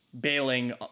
bailing